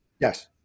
Yes